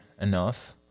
enough